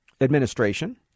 administration